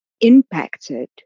impacted